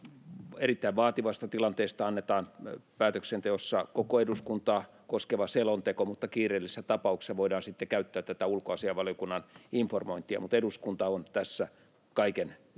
Erittäin vaativasta tilanteesta annetaan päätöksenteossa koko eduskuntaa koskeva selonteko, mutta kiireellisissä tapauksissa voidaan sitten käyttää ulkoasiainvaliokunnan informointia. Mutta eduskunta on kaiken keskellä